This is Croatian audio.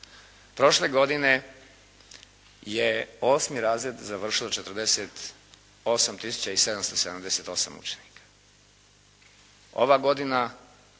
prošle godine je osmi razred završilo 48 tisuća i 778 učenika.